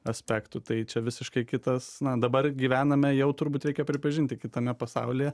aspektų tai čia visiškai kitas na dabar gyvename jau turbūt reikia pripažinti kitame pasaulyje